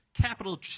Capital